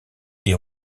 des